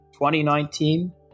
2019